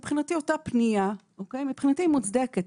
מבחינתי אותה פנייה היא מוצדקת.